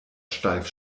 steif